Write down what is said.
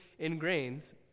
ingrains